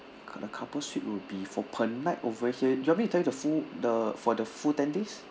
cou~ couple suite would be for per night over here do you want me to tell you the full the for the full ten days